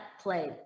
play